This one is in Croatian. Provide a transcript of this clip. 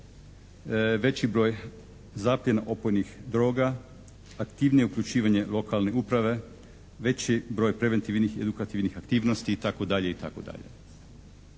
veći broj zapljena opojnih droga, aktivnije uključivanje lokalne uprave, veći broj preventivnih i edukativnih aktivnosti itd.